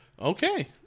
Okay